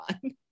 one